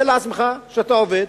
תאר לעצמך שאתה עובד